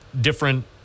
different